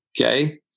Okay